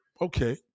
Okay